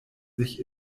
sich